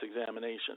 examination